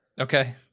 okay